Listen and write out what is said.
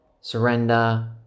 surrender